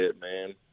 man